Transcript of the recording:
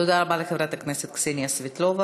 תודה רבה לחברת הכנסת קסניה סבטלובה.